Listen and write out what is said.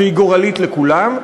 שהיא גורלית לכולם,